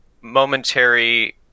momentary